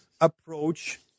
approach